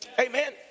Amen